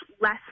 less